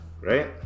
right